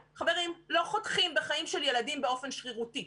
חברים, לא חותכים בחיים של ילדים באופן שרירותי.